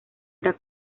era